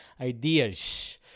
ideas